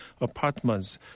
apartments